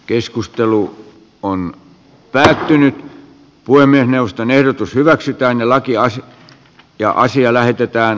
keskustelu on täällä oli puhemiesneuvoston ehdotus hyväksytään laki olisi jo asia kohtaan